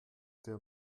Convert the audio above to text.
der